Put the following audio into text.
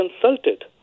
consulted